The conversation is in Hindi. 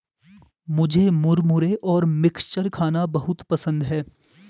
मुझे मुरमुरे और मिक्सचर खाना बहुत पसंद है